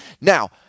Now